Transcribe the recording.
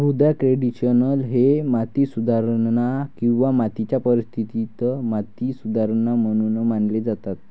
मृदा कंडिशनर हे माती सुधारणा किंवा मातीच्या परिस्थितीत माती सुधारणा म्हणून मानले जातात